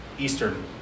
Eastern